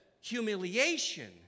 humiliation